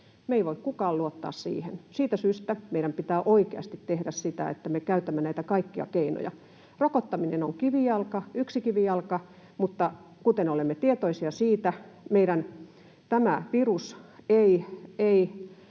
Me emme voi kukaan luottaa siihen. Siitä syystä meidän pitää oikeasti tehdä sitä, että me käytämme näitä kaikkia keinoja. Rokottaminen on kivijalka, yksi kivijalka, mutta kuten olemme tietoisia, tämä virus ei